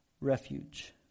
refuge